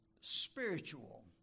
spiritual